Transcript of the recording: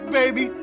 baby